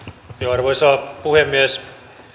arvoisa puhemies